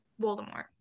Voldemort